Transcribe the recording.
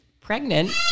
pregnant